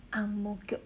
ang-mo-kio